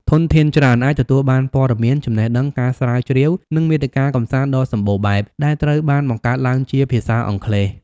ធនធានច្រើន អាចទទួលបានព័ត៌មាន ចំណេះដឹង ការស្រាវជ្រាវ និងមាតិកាកម្សាន្តដ៏សម្បូរបែបដែលត្រូវបានបង្កើតឡើងជាភាសាអង់គ្លេស។